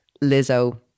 Lizzo